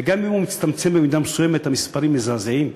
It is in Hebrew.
וגם אם הוא מצטמצם במידה מסוימת, המספרים מזעזעים.